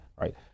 right